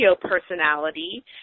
personality